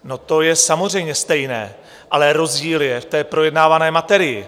No, to je samozřejmě stejné, ale rozdíl je v té projednávané materii.